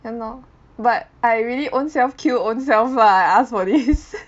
!hannor! but I really ownself kill ownself lah I ask for this